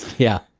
yeah.